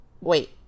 Wait